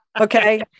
Okay